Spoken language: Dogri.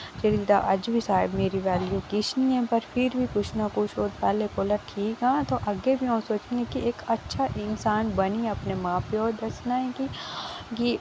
जेह्ड़ी तां अज्ज बी साढ़ी मेरी वैल्यू किश नि ऐ पर फिर बी कुछ ना कुछ और पैह्लें कोला ठीक आं ते अग्गै बी आऊं सोचनी कि इक अच्छा इंसान बनियै अपने मां प्यो दस्सना ऐ की कि